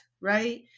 right